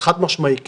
חד משמעית כן.